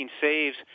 saves